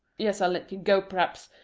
yes, i'll let you go, p'raps,